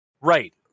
Right